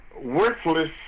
worthless